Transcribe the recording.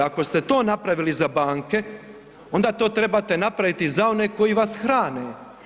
Ako ste to napravili za banke onda to trebate napraviti i za one koji vas hrane.